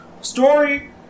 Story